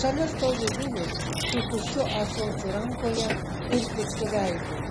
šalia stovi vilis su tuščiu ąsočiu rankoje ir piktu veidu